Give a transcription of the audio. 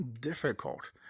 difficult